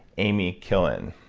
amy killen,